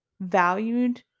valued